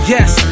Yes